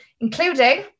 including